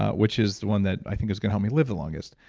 ah which is one that i think is gonna help me live the longest.